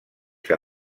que